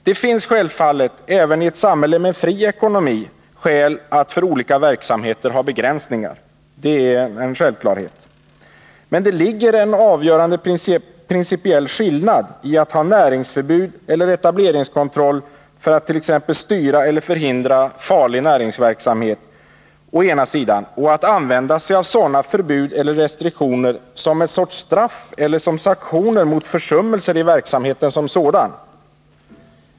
Det finns självfallet även i ett samhälle med fri ekonomi skäl att för olika verksamheter ha begränsningar. Men det finns en avgörande principiell skillnad i att å ena sidan ha näringsförbud eller etableringskontroll för att styra eller förhindra farlig näringsverksamhet och att å andra sidan använda sig av sådana förbud eller restriktioner som en sorts straff eller som sanktioner mot försummelser i verksamheten som sådan.